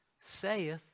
saith